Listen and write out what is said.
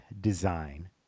design